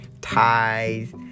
ties